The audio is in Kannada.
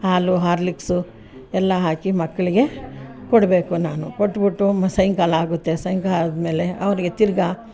ಹಾಲು ಹಾರ್ಲಿಕ್ಸು ಎಲ್ಲ ಹಾಕಿ ಮಕ್ಕಳಿಗೆ ಕೊಡಬೇಕು ನಾನು ಕೊಟ್ಟುಬಿಟ್ಟು ಮ ಸಾಯಂಕಾಲ ಆಗುತ್ತೆ ಸಾಯಂಕಾಲ ಆದಮೇಲೆ ಅವರಿಗೆ ತಿರಗ